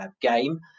game